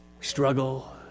struggle